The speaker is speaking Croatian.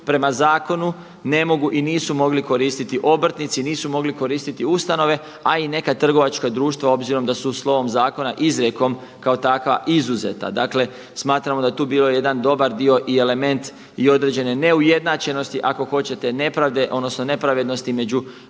prema zakonu ne mogu i nisu mogli koristiti obrtnici, nisu mogli koristiti ustanove, a i neka trgovačka društva obzirom da su slovom zakona, izrijekom kao takva izuzeta. Dakle, smatramo da je tu bio jedan dobar dio i element i određene neujednačenosti, ako hoćete nepravde, odnosno nepravednosti među,